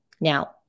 Now